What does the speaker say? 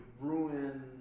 ruin